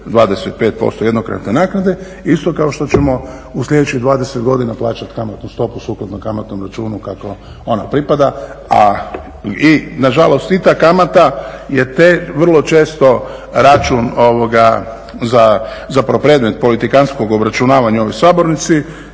0,25% jednokratne naknade isto kao što ćemo u sljedećih 20 godina plaćati kamatnu stopu sukladno kamatnom računu kako ona pripada. I nažalost i ta kamata je vrlo često račun zapravo predmet politikantskog obračunavanja u ovoj sabornici